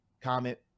comment